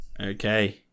Okay